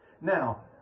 Now